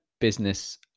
business